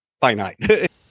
finite